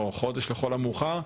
או חודש לכול המאוחר,